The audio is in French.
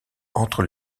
entre